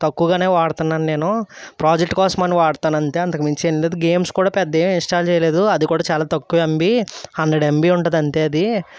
తక్కువగానే వాడుతున్నాను నేను ప్రాజెక్ట్ కోసమని వాడతాను అంతే అంతకు మించి ఏం లేదు గేమ్స్ కూడా పెద్ద ఏమి ఇన్స్టాల్ చేయలేదు అది కూడా చాలా తక్కువ ఎమ్బి హండ్రెడ్ ఎమ్బి ఉంటుంది అంతే అది